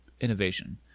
innovation